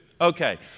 Okay